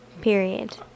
period